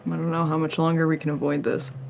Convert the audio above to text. i don't know how much longer we can avoid this.